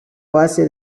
base